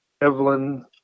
Evelyn